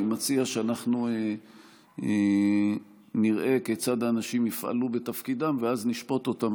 אני מציע שאנחנו נראה כיצד האנשים יפעלו בתפקידם ואז נשפוט אותם,